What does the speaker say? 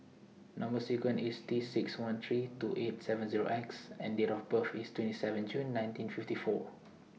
Number sequence IS T six one three two eight seven Zero X and Date of birth IS twenty seven June nineteen fifty four